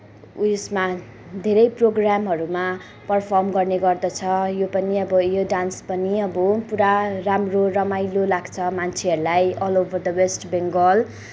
उइसमा धेरै प्रोग्रामहरूमा परर्फम गर्ने गर्दछ यो पनि अब यो डान्स पनि अब पुरा राम्रो रमाइलो लाग्छ मान्छेहरूलाई all over the West Bengal